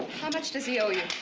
how much does he owe you?